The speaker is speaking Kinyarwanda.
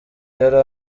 yari